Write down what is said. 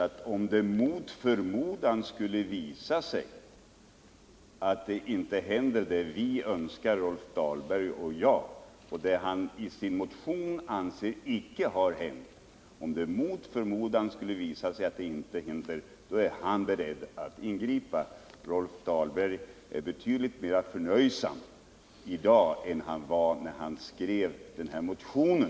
Jordbruksministerns uttalande går ju bara ut på att om mot förmodan inte det händer, som Rolf Dahlberg och jag önskar och som Rolf Dahlberg i sin motion anser icke har hänt, då först är jordbruksministern beredd att ingripa. Rolf Dahlberg är betydligt mera förnöjsam i dag än han var när han skrev motionen.